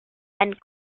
and